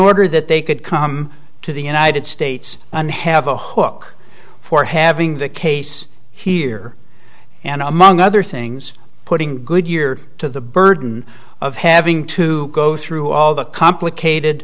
order that they could come to the united states and have a hook for having the case here and among other things putting goodyear to the burden of having to go through all the complicated